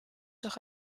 doch